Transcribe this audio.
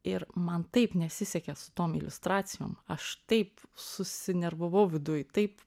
ir man taip nesisekė su tom iliustracijom aš taip susinervavau viduj taip